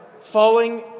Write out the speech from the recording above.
falling